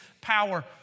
power